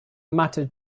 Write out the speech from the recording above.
mattered